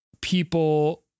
people